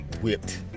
whipped